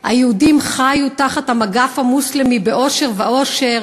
היהודים חיו תחת המגף המוסלמי באושר ועושר,